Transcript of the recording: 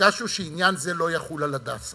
ביקשנו שעניין זה לא יחול על "הדסה".